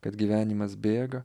kad gyvenimas bėga